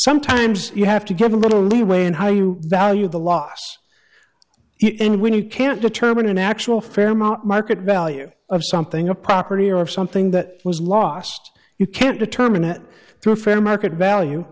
sometimes you have to give a little leeway in how you value the loss even when you can't determine an actual fair amount market value of something a property or something that was lost you can't determine it through fair market value